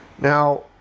Now